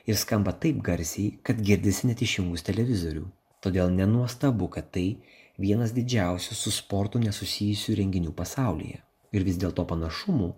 ir skamba taip garsiai kad girdisi net išjungus televizorių todėl nenuostabu kad tai vienas didžiausių su sportu nesusijusių renginių pasaulyje ir vis dėlto panašumų